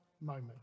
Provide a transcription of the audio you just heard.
moment